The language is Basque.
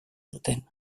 zuten